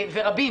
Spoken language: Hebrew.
ורבים,